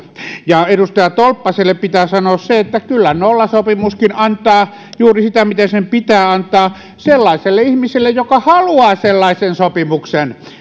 ja edustaja tolppaselle pitää sanoa se että kyllä nollasopimuskin antaa juuri sitä mitä sen pitää antaa sellaiselle ihmiselle joka haluaa sellaisen sopimuksen